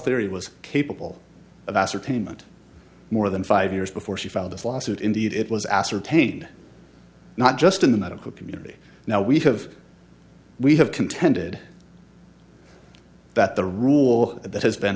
theory was capable of ascertainment more than five years before she filed this lawsuit indeed it was ascertained not just in the medical community now we have we have contended that the rule that has been